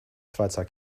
schweizer